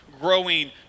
growing